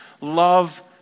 love